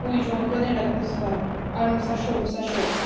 oui je reconnais la grosse femme allons ça chauffe ça chauffe